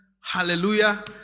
hallelujah